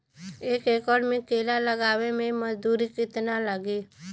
एक एकड़ में केला लगावे में मजदूरी कितना लागी?